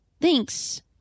Thanks